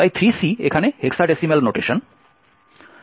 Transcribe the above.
তাই 3C এখানে hexadecimal notation